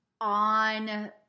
on